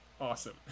awesome